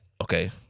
Okay